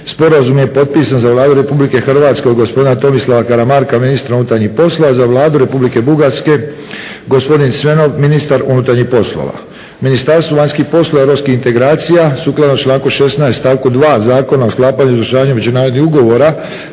sporazum je potpisan za Vladu RH od gospodina Tomislava Karamarka ministra unutarnjih poslova, a za Vladu Republike Bugarske gospodin Svenov ministar unutarnjih poslova. Ministarstvo vanjskih poslova i europskih integracija sukladno članku 16. stavku 2. Zakona o sklapanju i izvršavanju međunarodnih ugovora